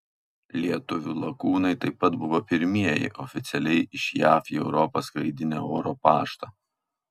lietuvių lakūnai taip pat buvo pirmieji oficialiai iš jav į europą skraidinę oro paštą